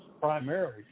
primarily